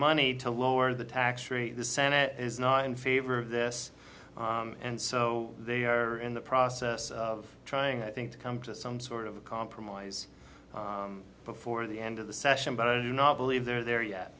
money to lower the tax rate the senate is not in favor of this and so they are in the process of trying i think to come to some sort of a compromise before the end of the session but i do not believe they're there